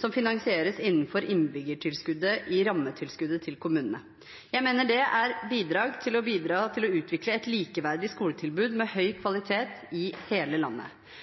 som finansieres innenfor innbyggertilskuddet i rammetilskuddet til kommunene. Jeg mener det bidrar til å utvikle et likeverdig skoletilbud med høy kvalitet i hele landet.